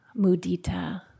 mudita